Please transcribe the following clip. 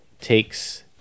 takes